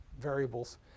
variables